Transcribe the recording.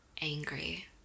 Angry